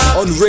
on